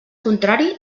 contrari